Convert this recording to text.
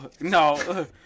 no